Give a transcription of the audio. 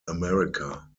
america